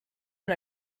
and